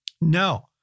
No